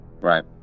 Right